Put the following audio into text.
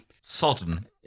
Sodden